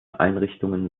einrichtungen